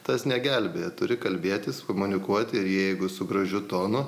tas negelbėja turi kalbėtis komunikuoti ir jeigu su gražiu tonu